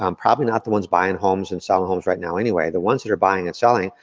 um probably not the ones buying homes and selling homes right now anyway. the ones that are buying and selling,